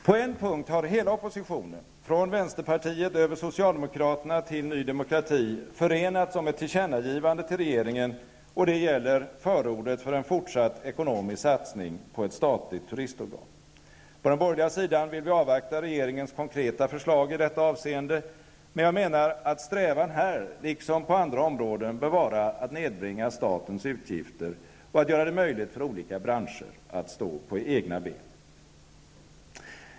På en punkt har hela oppositionen -- från vänsterpartiet över socialdemokraterna till Ny Demokrati -- förenats om ett tillkännagivande till regeringen, och det gäller förordet för en fortsatt ekonomisk satsning på ett statligt turistorgan. Vi på den borgerliga sidan vill avvakta regeringens konkreta förslag i detta avseende. Men jag menar att strävan här liksom på andra områden bör vara att nedbringa statens utgifter och att göra det möjligt för olika branscher att stå på egna ben.